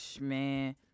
Man